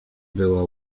była